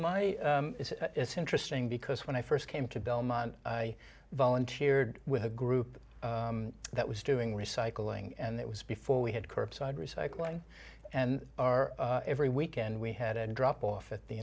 my it's interesting because when i first came to belmont i volunteered with a group that was doing recycling and it was before we had curbside recycling and our every weekend we had a drop off at the